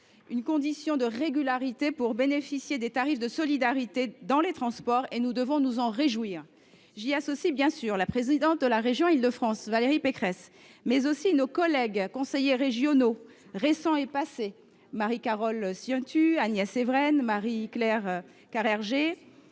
une condition de régularité pour bénéficier des tarifs de solidarité dans les transports, et nous devons nous en réjouir. J’y associe bien sûr la présidente de la région Île de France, Valérie Pécresse, mais aussi nos collègues conseillers régionaux récents et passés : Marie Carole Ciuntu, Agnès Evren, Marie Claire Carrère